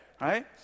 right